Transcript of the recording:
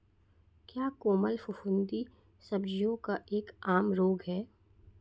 क्या कोमल फफूंदी सब्जियों का एक आम रोग है?